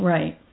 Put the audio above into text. Right